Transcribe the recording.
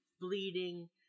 bleeding